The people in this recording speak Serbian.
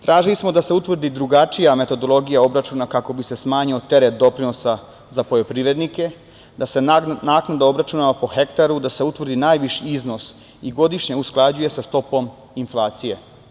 Tražili smo da se utvrdi drugačija metodologija obračuna, kako bi se smanjio teret doprinosa za poljoprivrednike, da se naknada obračunava po hektaru, da se utvrdi najviši iznos i godišnje usklađuje sa stopom inflacije.